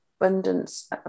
abundance